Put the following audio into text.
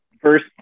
First